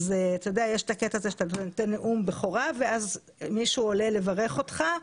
יש את הקטע הזה שאתה נותן נאום בכורה ומישהו עולה לברך אותך.